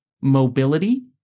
mobility